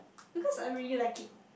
because I really like it